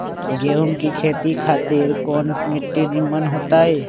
गेंहू की खेती खातिर कौन मिट्टी निमन हो ताई?